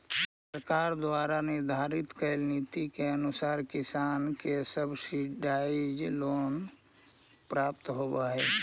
सरकार के द्वारा निर्धारित कैल नीति के अनुसार किसान के सब्सिडाइज्ड लोन प्राप्त होवऽ हइ